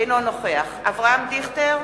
אינו נוכח אברהם דיכטר,